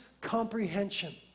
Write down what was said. comprehension